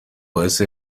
باعث